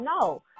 no